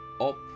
Up